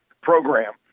program